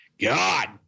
God